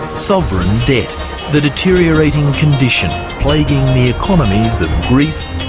sovereign debt the deteriorating condition plaguing the economies of greece,